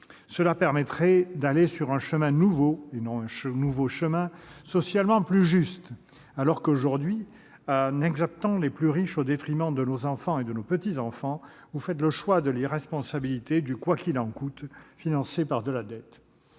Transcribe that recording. Cela permettrait d'avancer sur un chemin nouveau- non un « nouveau chemin » -socialement plus juste, alors que, aujourd'hui, en exemptant les plus riches au détriment de nos enfants et de nos petits-enfants, vous faites le choix de l'irresponsabilité du « quoi qu'il en coûte », financé par de la dette.